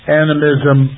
animism